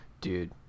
Dude